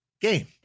game